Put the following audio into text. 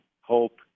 hope